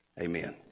Amen